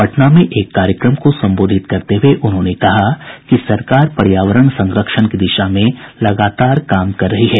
पटना में एक कार्यक्रम को संबोधित करते हुए श्री सिंह ने कहा कि सरकार पर्यावरण संरक्षण की दिशा में लगातार काम कर रही है